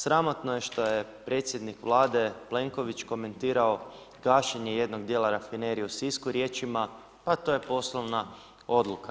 Sramotno je što je predsjednik Vlade Plenković komentirao gašenje jednog dijela rafinerije u Sisku riječima „Pa to je poslovna odluka“